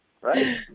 right